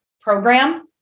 program